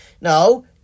No